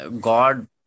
God